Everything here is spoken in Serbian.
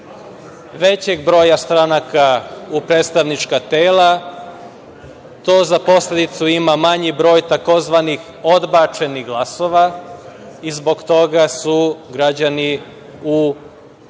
većeg broja stranaka u predstavnička tela. To za posledicu ima manji broj tzv. odbačenih glasova i zbog toga su građani u većoj